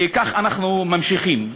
וכך אנחנו ממשיכים.